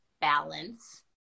balance